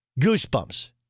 Goosebumps